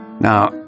Now